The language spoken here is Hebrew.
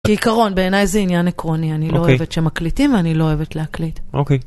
כעיקרון, בעיניי זה עניין עקרוני, אני לא אוהבת שמקליטים ואני לא אוהבת להקליט.